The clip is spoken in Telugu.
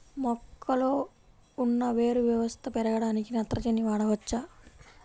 మొక్కలో ఉన్న వేరు వ్యవస్థ పెరగడానికి నత్రజని వాడవచ్చా?